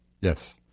Yes